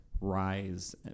rise